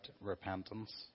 repentance